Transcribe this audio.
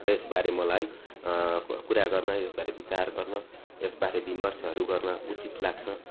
र यसबारे मलाई क कुरा गर्न यसबारे विचार गर्न यसबारे विमर्शहरू गर्न उचित लाग्छ